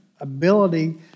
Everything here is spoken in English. ability